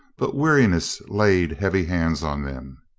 but weariness laid heavy hands on them.